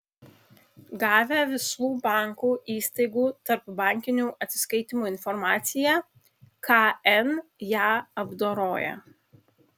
gavę visų bankų įstaigų tarpbankinių atsiskaitymų informaciją kn ją apdoroja